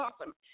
awesome